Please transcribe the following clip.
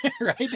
Right